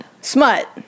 Smut